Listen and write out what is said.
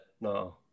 No